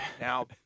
Now